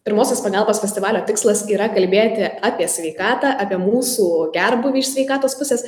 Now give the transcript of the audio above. pirmosios pagalbos festivalio tikslas yra kalbėti apie sveikatą apie mūsų gerbūvį iš sveikatos pusės